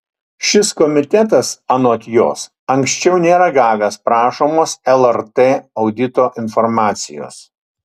šis komitetas anot jos anksčiau nėra gavęs prašomos lrt audito informacijos